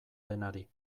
denari